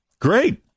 Great